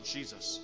Jesus